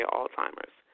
Alzheimer's